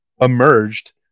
emerged